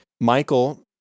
Michael